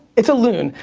it's a loon.